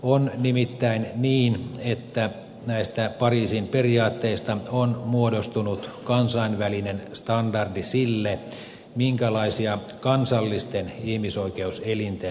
on nimittäin niin että näistä pariisin periaatteista on muodostunut kansainvälinen standardi sille minkälaisia kansallisten ihmisoikeuselinten tulee olla